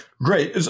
Great